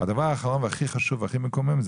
הדבר האחרון שהוא החשוב ומקומם זה